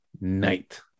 night